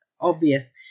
obvious